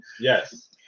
Yes